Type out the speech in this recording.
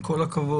עם כל הכבוד,